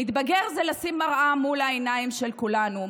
להתבגר זה לשים מראה מול העיניים של כולנו,